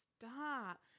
Stop